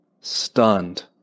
Stunned